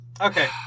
Okay